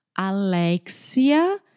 Alexia